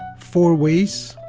four ways